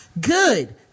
Good